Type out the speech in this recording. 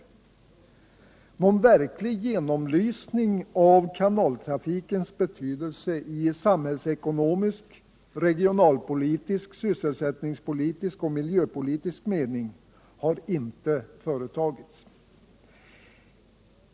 Någon verklig genomlysning av kanaltrafikens betydelse i samhällsekonomisk, regionalpolitisk, sysselsättningspolitisk och miljöpolitisk mening har inte företagits.